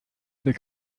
other